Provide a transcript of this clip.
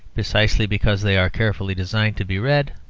precisely because they are carefully designed to be read,